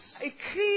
Écris